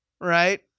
right